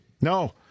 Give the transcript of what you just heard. No